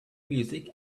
music